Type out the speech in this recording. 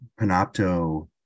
Panopto